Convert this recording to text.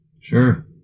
Sure